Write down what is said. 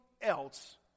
else